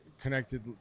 connected